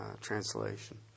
translation